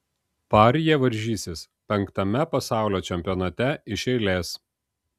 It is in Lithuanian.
par jie varžysis penktame pasaulio čempionate iš eilės